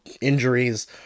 injuries